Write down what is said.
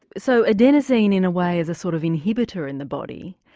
so adenosine in a way is a sort of inhibitor in the body,